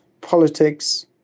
politics